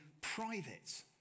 private